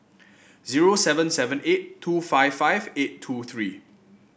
zero seven seven eight two five five eight two three